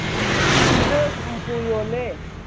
ꯀꯦ ꯖꯤꯗ ꯍꯨꯝꯐꯨ ꯌꯣꯜꯂꯦ